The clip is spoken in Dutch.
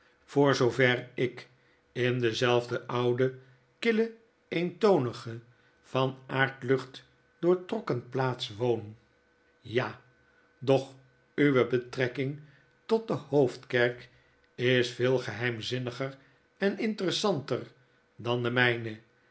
voor zoover ik in dezelfde oude kille eentonige van aardlucht doortrokken plaats woon ja doch uwe betrekking tot de hoofdkerk is veel geheimzinniger en interessanter dan de mijne